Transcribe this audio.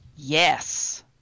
Yes